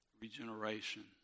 regeneration